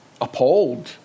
appalled